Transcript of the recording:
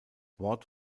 wort